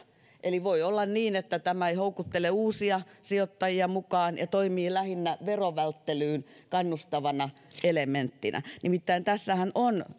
eli voi olla niin että tämä ei houkuttele uusia sijoittajia mukaan ja toimii lähinnä verovälttelyyn kannustavana elementtinä nimittäin tässähän on